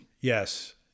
Yes